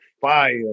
fire